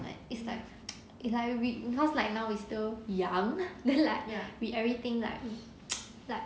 but it's like it's like we because like now we still young then like we everything like like